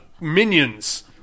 minions